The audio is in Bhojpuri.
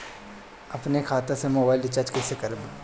अपने खाता से मोबाइल रिचार्ज कैसे करब?